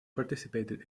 participated